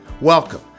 Welcome